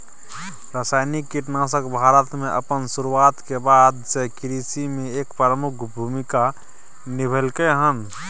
रासायनिक कीटनाशक भारत में अपन शुरुआत के बाद से कृषि में एक प्रमुख भूमिका निभलकय हन